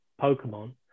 Pokemon